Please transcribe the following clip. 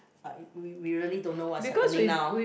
are we we really don't know what is happening now